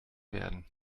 werden